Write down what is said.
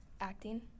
acting